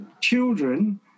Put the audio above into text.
Children